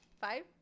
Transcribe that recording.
five